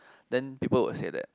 then people will say that